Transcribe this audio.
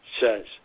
says